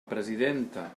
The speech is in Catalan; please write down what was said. presidenta